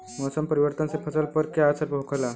मौसम परिवर्तन से फसल पर का असर होखेला?